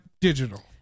digital